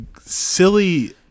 silly